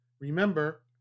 Remember